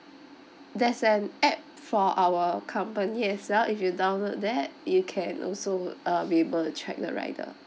there's an app for our company as well if you download that you can also uh be able to check the rider